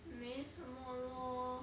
没什么 lor